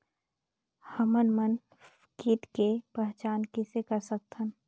हमन मन कीट के पहचान किसे कर सकथन?